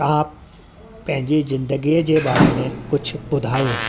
तव्हां पंहिंजी ज़िंदगीअ जे बारे में कुझु ॿुधायो